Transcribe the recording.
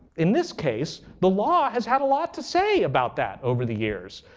in this case, the law has had a lot to say about that over the years.